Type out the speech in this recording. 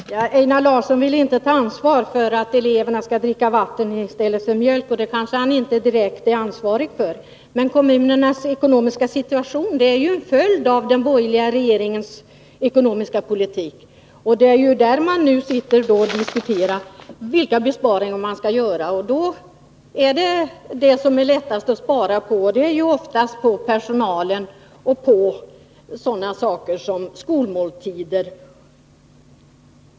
Herr talman! Einar Larsson vill inte ta ansvaret för att eleverna får dricka vatten i stället för mjölk. Han kanske inte direkt är ansvarig för det, men kommunernas ekonomiska situation är ju en följd av den borgerliga regeringens ekonomiska politik. Därför måste kommunerna nu diskutera vilka besparingar som skall göras. Det som är lättast att spara in på är ofta personal och skolmåltider.